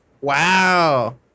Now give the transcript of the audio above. Wow